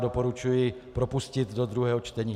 Doporučuji propustit do druhého čtení.